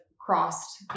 crossed